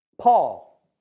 Paul